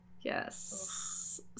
Yes